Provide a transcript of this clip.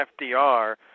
FDR